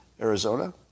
Arizona